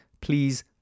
please